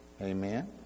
Amen